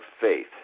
faith